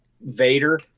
Vader